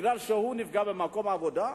כי הוא נפגע במקום העבודה?